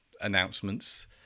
announcements